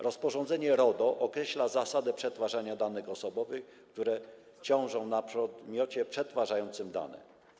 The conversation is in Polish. Rozporządzenie RODO określa zasady przetwarzania danych osobowych, które ciążą na podmiocie przetwarzającym dane.